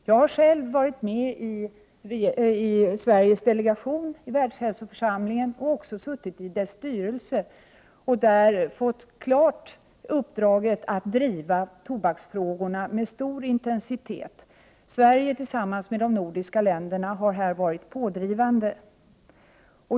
Jag har själv varit med i Sveriges delegation i Världshälsoförsamlingen och suttit i dess styrelse, och jag har där klart fått uppdraget att driva tobaksfrågorna med stor intensitet. Sverige tillsammans med de nordiska länderna har här varit pådrivande.